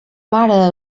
mare